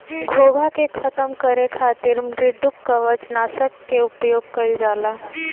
घोंघा के खतम करे खातिर मृदुकवच नाशक के उपयोग कइल जाला